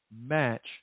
match